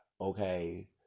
okay